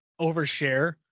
overshare